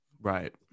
Right